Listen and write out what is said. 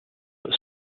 but